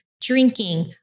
drinking